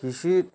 কৃষি